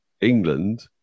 England